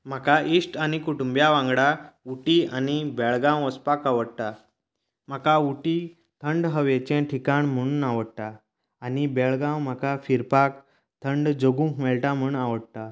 म्हाका इश्ट आनी कुटूंबीयां वांगडा उटी आनी बेळगांव वचपाक आवडटा म्हाका उटी थंड हवेचें ठिकाण म्हुणून आवडटा आनी बेळगांव म्हाका फिरपाक थंड जगूंक मेळटा म्हण आवडटा